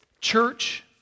Church